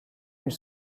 ils